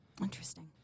Interesting